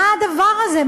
מה הדבר הזה?